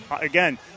Again